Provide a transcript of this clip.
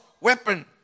weapon